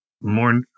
More